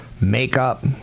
makeup